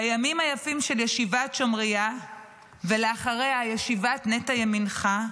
בימים היפים של ישיבת שומריה ואחריה ישיבת נטע ימינך,